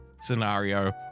scenario